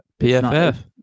Pff